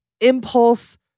impulse